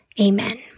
Amen